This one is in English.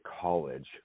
college